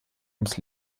ums